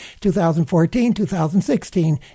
2014-2016